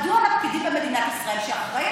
מדוע על הפקידים במדינת ישראל,